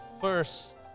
first